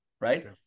right